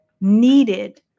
needed